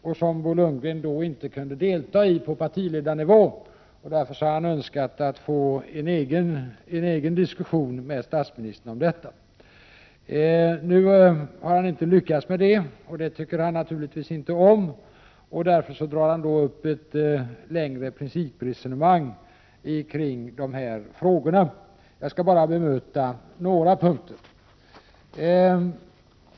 Eftersom Bo Lundgren inte kunde delta i den debatten på partiledarnivå har han önskat att få till stånd en egen diskussion med statsministern. Nu har inte Bo Lundgren lyckats i sin avsikt, vilket han naturligtvis inte är nöjd med. Därför tar han upp ett längre principresonemang kring dessa frågor. Jag skall bara bemöta några punkter.